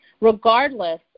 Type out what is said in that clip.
regardless